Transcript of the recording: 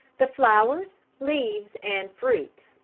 the flowers, leaves and fruit.